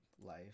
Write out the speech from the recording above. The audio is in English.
life